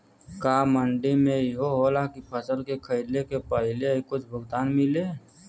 का मंडी में इहो होला की फसल के खरीदे के पहिले ही कुछ भुगतान मिले?